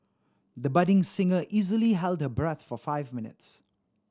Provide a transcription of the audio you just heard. the budding singer easily held her breath for five minutes